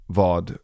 vad